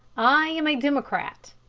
i am a democrat.